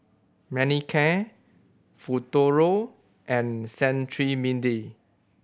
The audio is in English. Manicare Futuro and Cetrimide